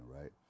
right